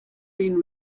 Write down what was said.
being